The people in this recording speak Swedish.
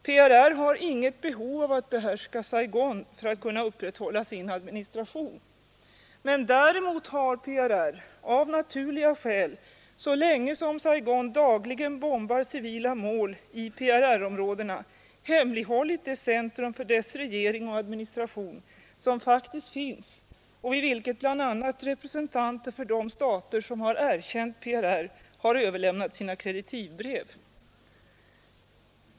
PRR har inget behov av att behärska Saigon för att kunna upprätthålla sin administration. Däremot har PRR, av naturliga skäl, så länge som Saigon dagligen bombar civila mål i PRR-områdena hemlighållit det centrum för dess regering och administration som faktiskt finns och i vilket bl.a. representanter för de stater som erkänt PRR överlämnat sina kreditivbrev.